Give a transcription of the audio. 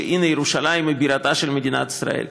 שהנה ירושלים היא בירתה של מדינת ישראל,